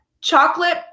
chocolate